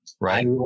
right